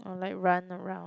or like run around